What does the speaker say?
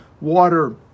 water